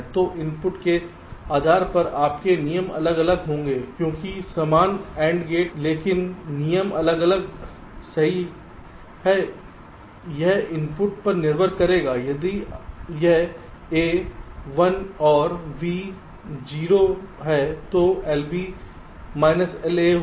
तो इनपुट के आधार पर आपके नियम अलग अलग होंगे क्योंकि समान AND गेट लेकिन नियम अलग अलग सही हैं यह इनपुट पर निर्भर करेगा यदि यह A 1 और B 0 है जो LB माइनस LA होगा